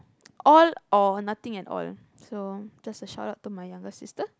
all or nothing at all so just like shut up to my younger sister